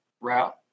route